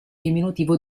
diminutivo